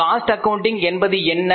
cost அக்கௌண்டில் என்பது என்ன